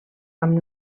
amb